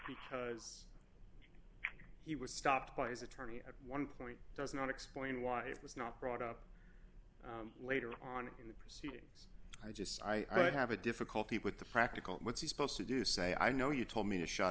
because he was stopped by his attorney at one point does not explain why it was not brought up later on in the press i just i don't have a difficulty with the practical what's he supposed to do say i know you told me to shut